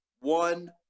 one